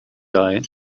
guy